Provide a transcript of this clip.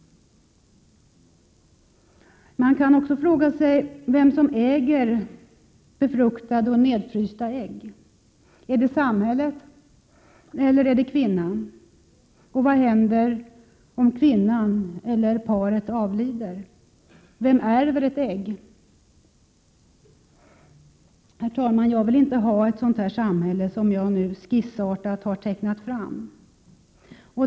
Man kan också fråga vem som äger befruktade och nedfrysta ägg. Är det samhället eller är det kvinnan? Och vad händer om kvinnan eller paret avlider? Vem ärver ett ägg? Jag vill inte ha ett sådant samhälle som jag nu skissartat har tecknat.